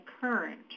current